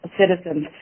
citizens